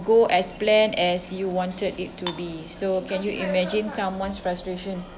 go as planned as you wanted it to be so can you imagine someone's frustration